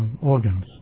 organs